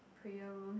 prayer room